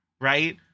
Right